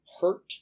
hurt